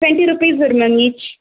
twenty rupees வரும் ma'am each